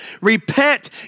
repent